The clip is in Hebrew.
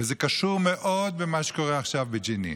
וזה קשור מאוד במה שקורה עכשיו בג'נין.